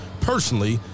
personally